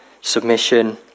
submission